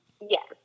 Yes